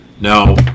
Now